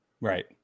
Right